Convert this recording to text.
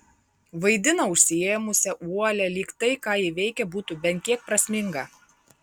vaidina užsiėmusią uolią lyg tai ką ji veikia būtų bent kiek prasminga